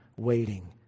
waiting